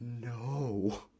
No